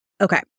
Okay